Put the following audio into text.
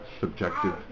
subjective